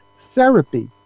therapy